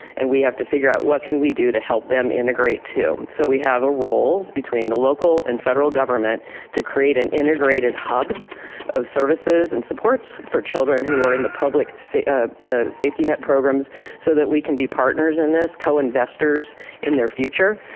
and we have to figure out what can we do to help them integrate too, so we have a role between the local and federal government to create an integrated hub of services and supports for children who are in the public ah safety net programs so that we can be partners in this co-investors in their future,